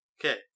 Okay